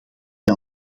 bij